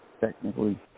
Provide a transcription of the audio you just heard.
technically